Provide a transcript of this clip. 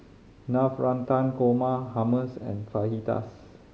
Navratan Korma Hummus and Fajitas